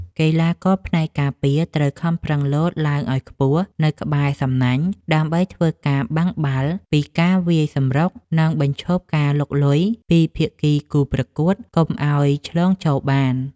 កីឡាករផ្នែកការពារត្រូវខំប្រឹងលោតឡើងឱ្យខ្ពស់នៅក្បែរសំណាញ់ដើម្បីធ្វើការបាំងបាល់ពីការវាយសម្រុក និង បញ្ឈប់ការលុកលុយពីភាគីគូប្រកួតកុំឱ្យឆ្លងចូលបាន។